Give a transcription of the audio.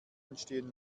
entstehen